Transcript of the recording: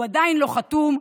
הוא עדיין לא חתום,